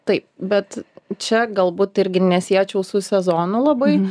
taip bet čia galbūt irgi nesiečiau su sezonu labai